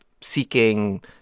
seeking